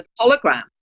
hologram